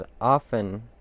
often